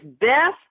beth